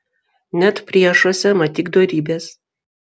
net priešuose matyk dorybes